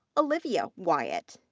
olivia wyatt.